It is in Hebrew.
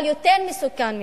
אבל יותר מסוכן מזה: